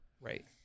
right